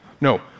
no